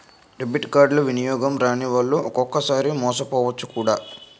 debit కార్డులు వినియోగం రానివాళ్లు ఒక్కొక్కసారి మోసపోవచ్చు కూడా